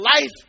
life